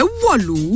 walu